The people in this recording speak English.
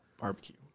Barbecue